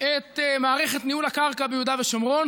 את מערכת ניהול הקרקע ביהודה ושומרון,